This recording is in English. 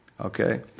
okay